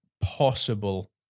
possible